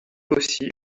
aussi